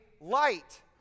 light